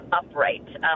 upright